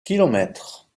kilomètres